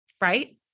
right